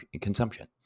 consumption